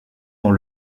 dans